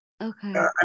Okay